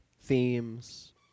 themes